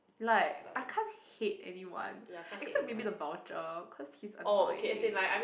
like I can't hate anyone except maybe the vulture cause he's annoying